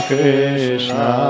Krishna